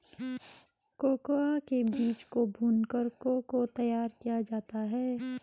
cocoa के बीज को भूनकर को को तैयार किया जाता है